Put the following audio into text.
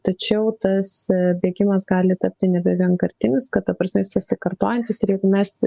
tačiau tas bėgimas gali tapti nebe vienkartinis kad ta prasme jis pasikarotjantis ir jeigu mes